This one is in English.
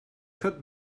could